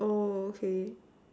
oh okay